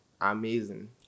amazing